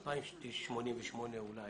ב-2088 אולי,